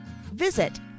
Visit